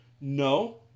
no